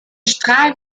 strahl